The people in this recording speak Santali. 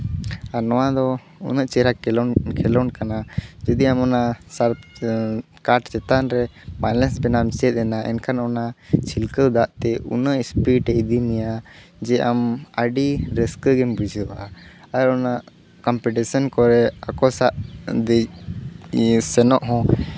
ᱟᱨ ᱱᱚᱣᱟ ᱫᱚ ᱩᱱᱟᱹᱜ ᱪᱮᱦᱨᱟ ᱠᱷᱮᱞᱳᱰ ᱠᱟᱱᱟ ᱡᱩᱫᱤ ᱟᱢ ᱚᱱᱟ ᱥᱟᱨᱠ ᱠᱟᱴ ᱪᱮᱛᱟᱱ ᱨᱮ ᱵᱟᱭᱞᱮᱱᱥ ᱵᱮᱱᱟᱣᱮᱢ ᱪᱮᱫ ᱮᱱᱟ ᱮᱱᱠᱷᱟᱱ ᱚᱱᱟ ᱪᱷᱤᱞᱠᱟᱹᱣ ᱫᱟᱜ ᱛᱮ ᱩᱱᱟᱹᱜ ᱤᱥᱯᱤᱰ ᱮ ᱤᱫᱤ ᱢᱮᱭᱟ ᱡᱮ ᱟᱢ ᱟᱹᱰᱤ ᱨᱟᱹᱥᱠᱟᱹ ᱜᱮᱢ ᱵᱩᱡᱷᱟᱹᱣᱟ ᱟᱨ ᱚᱱᱟ ᱠᱚᱢᱯᱤᱴᱤᱥᱚᱱ ᱠᱚᱨᱮᱜ ᱟᱠᱚ ᱥᱟᱜ ᱫᱤᱭᱮ ᱥᱮᱱᱚᱜ ᱦᱚᱸ